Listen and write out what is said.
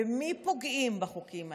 במי פוגעים בחוקים האלה?